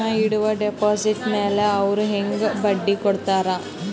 ನಾ ಇಡುವ ಡೆಪಾಜಿಟ್ ಮ್ಯಾಲ ಅವ್ರು ಹೆಂಗ ಬಡ್ಡಿ ಕೊಡುತ್ತಾರ?